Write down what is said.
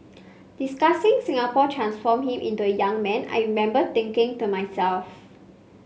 discussing Singapore transformed him into a young man I remember thinking to myself